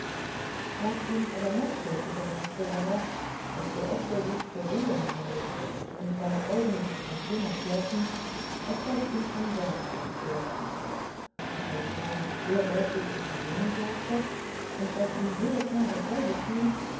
was ihn aber noch tätiger machte war daß sooft er sich zur ruhe niederlegte und seine augen sich zum schlummer schlossen etwas ihm ein wort ins ohr raunte das er zwar sehr deutlich zu vernehmen glaubte und das ihm jedesmal dasselbe schien